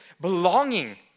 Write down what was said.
belonging